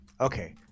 Okay